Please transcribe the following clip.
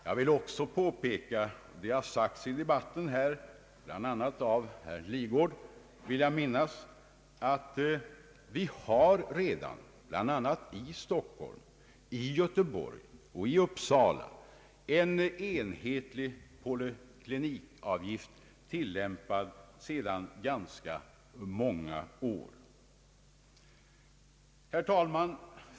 Jag vill också påpeka — det har sagts i debatten här, bl.a. av herr Lidgard vill jag minnas — att vi redan t.ex. i Stockholm, Göteborg och Uppsala har en enhetlig poliklinikavgift tillämpad sedan ganska många år. Herr talman!